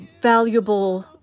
valuable